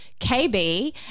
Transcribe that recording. KB